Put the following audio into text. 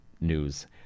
News